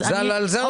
על זה אנחנו מדברים.